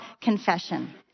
confession